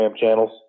channels